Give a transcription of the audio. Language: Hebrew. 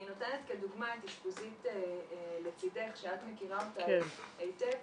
אני נותנת כדוגמה את אשפוזית לצידך שאת מכירה אותה היטב